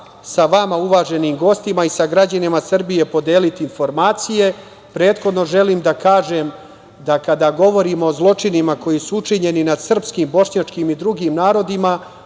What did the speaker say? sa vama uvaženim gostima i sa građanima Srbije podeliti informacije. Prethodno želim da kažem da kada govorimo o zločinima koji su učinjeni nad srpski, bošnjačkim i drugim narodima